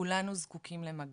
כולנו זקוקים למגע.